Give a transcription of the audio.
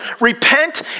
repent